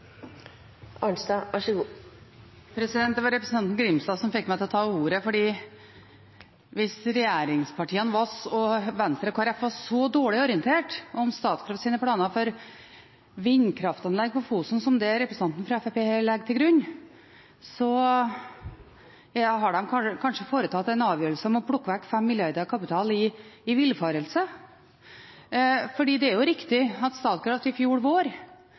Det var representanten Grimstad som fikk meg til å ta ordet, for hvis regjeringspartiene og Venstre og Kristelig Folkeparti var så dårlig orientert om Statkrafts planer for vindkraftanlegg på Fosen som det representanten fra Fremskrittspartiet her legger til grunn, har de kanskje tatt en avgjørelse om å plukke bort 5 mrd. kr i kapital i villfarelse. Det er riktig at Statkraft i vår